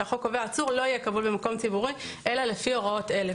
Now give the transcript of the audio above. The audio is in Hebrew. החוק קובע שעצור לא יהיה כבול במקום ציבורי אלא לפי הוראות אלה,